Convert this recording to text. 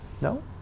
No